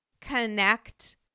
connect